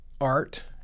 art